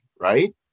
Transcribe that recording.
right